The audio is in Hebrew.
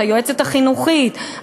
היועצת החינוכית,